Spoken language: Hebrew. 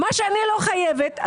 מה שאני לא חייבת,